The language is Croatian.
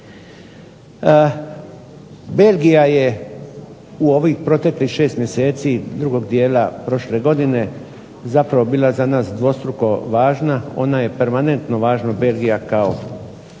Belgija je u ovih proteklih 6 mjeseci drugog dijela prošle godine zapravo bila za nas dvostruko važna. Ona je permanentno važna, Belgija kao